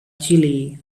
chile